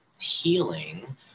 healing